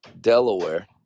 Delaware